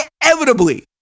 inevitably